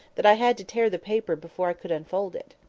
that i had to tear the paper before i could unfold it.